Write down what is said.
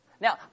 Now